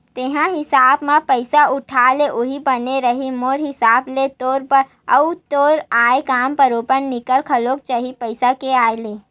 तेंहा बियाज म पइसा उठा ले उहीं बने रइही मोर हिसाब ले तोर बर, अउ तोर आय काम ह बरोबर निकल घलो जाही पइसा के आय ले